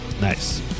Nice